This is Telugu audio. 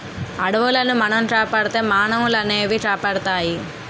అడవులను మనం కాపాడితే మానవులనవి కాపాడుతాయి